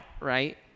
right